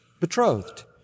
betrothed